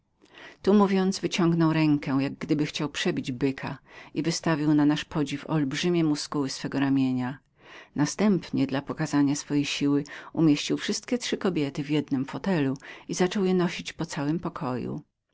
to mówiąc wyciągnął rękę jak gdyby chciał był przebijać byka i wystawił na nasze podziwienie olbrzymie składy swego ramienia następnie dla pokazania swojej siły umieścił wszystkie trzy kobiety w jednem krześle i zaczął je nosić po całym pokoju